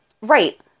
Right